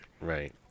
Right